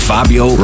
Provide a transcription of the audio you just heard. Fabio